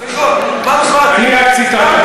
יש דיון, אני רק ציטטתי.